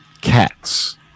cats